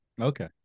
Okay